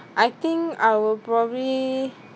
I think I will probably